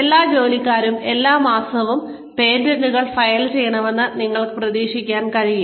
എല്ലാ ജോലിക്കാരും എല്ലാ മാസവും പേറ്റന്റുകൾ ഫയൽ ചെയ്യണമെന്നത് നിങ്ങൾക്ക് പ്രതീക്ഷിക്കാൻ കഴിയില്ല